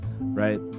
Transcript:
right